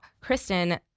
Kristen